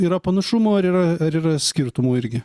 yra panašumo ar yra ar yra skirtumų irgi